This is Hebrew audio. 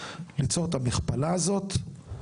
ליצור את המכפלה הזו,